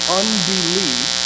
unbelief